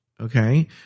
Okay